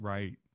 Right